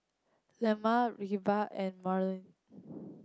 Lemma Vira and Marolyn